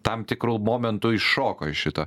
tam tikru momentu iššoko iš šito